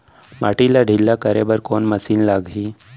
माटी ला ढिल्ला करे बर कोन मशीन लागही?